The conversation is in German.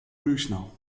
büchner